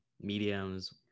mediums